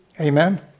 Amen